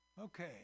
Okay